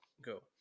go